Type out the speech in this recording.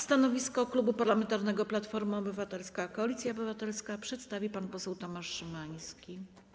Stanowisko Klubu Parlamentarnego Platforma Obywatelska - Koalicja Obywatelska przedstawi pan poseł Tomasz Szymański.